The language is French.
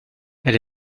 elle